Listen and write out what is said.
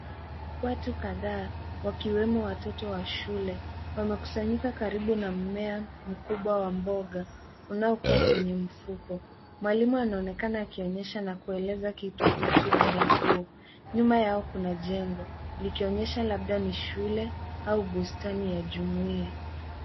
Watu kadhaa wakiwemo watoto wa shule wamekusanyika karibu na mmea mkubwa wa mboga unaokua kwenye mfuko. Mwalimu anaonekana akionyesha na kueleza kitu kuhusu mmea huo. Nyuma yao kuna jengo likionyesha labda ni shule au bustani ya jumuiya.